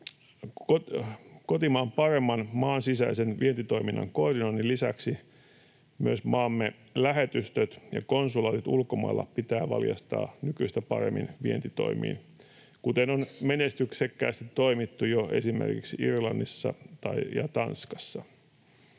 Kotimaan paremman maansisäisen vientitoiminnan koordinoinnin lisäksi myös maamme lähetystöt ja konsulaatit ulkomailla pitää valjastaa nykyistä paremmin vientitoimiin, kuten on menestyksekkäästi toimittu jo esimerkiksi Irlannissa ja Tanskassa.